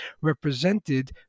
represented